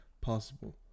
possible